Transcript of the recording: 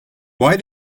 why